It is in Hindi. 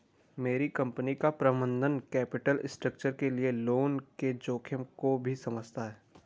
मेरी कंपनी का प्रबंधन कैपिटल स्ट्रक्चर के लिए लोन के जोखिम को भी समझता है